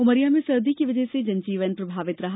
उमरिया में सदी की वजह से जनजीवन प्रभावित रहा